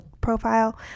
profile